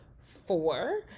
four